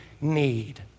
need